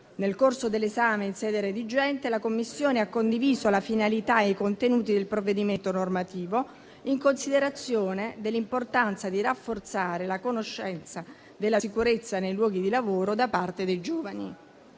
nel corso dell'esame in sede redigente, la Commissione ha condiviso le finalità e i contenuti del provvedimento normativo in considerazione dell'importanza di rafforzare la conoscenza della sicurezza nei luoghi di lavoro da parte dei giovani.